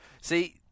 See